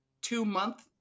two-month